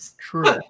True